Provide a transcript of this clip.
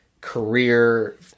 career